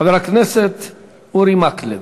חבר הכנסת אורי מקלב,